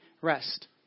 rest